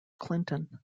clinton